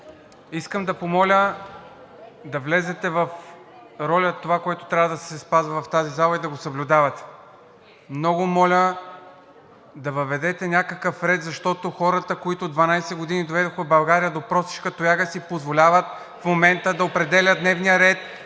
искам да помоля да влезете в роля за това, което трябва да се спазва в тази зала и да го съблюдавате. Много моля да въведете някакъв ред, защото хората, които за дванадесет години доведоха България до просешка тояга, си позволяват (шум и реплики от